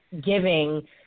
giving